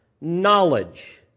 knowledge